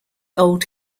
old